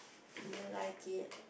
do you like it